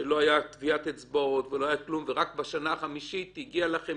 שלא היו טביעות אצבעות ולא היה כלום ורק בשנה החמישית הגיע לכם